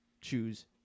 choose